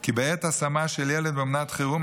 כי בעת השמה של ילד באומנת חירום,